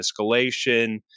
escalation